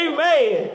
Amen